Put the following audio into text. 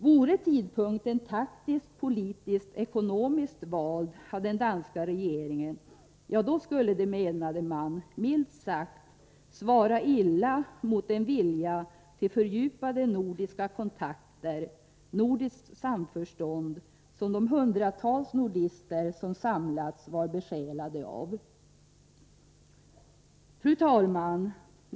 Vore tidpunkten taktiskt-politiskt-ekonomiskt vald av den danska regeringen, då skulle det, menade man, svara illa mot den vilja till fördjupade nordiska kontakter och nordiskt samförstånd som de hundratals nordister som samlats var besjälade av. Fru talman!